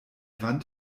wand